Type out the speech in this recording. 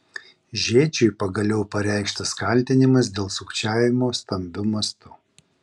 žėčiui pagaliau pareikštas kaltinimas dėl sukčiavimo stambiu mastu